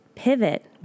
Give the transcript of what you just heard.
Pivot